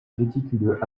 méticuleux